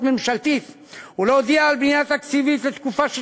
ממשלתית ולהודיע על בנייה תקציבית לתקופה של